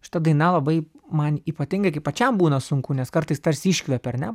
šita daina labai man ypatingai kai pačiam būna sunku nes kartais tarsi iškvepia ar net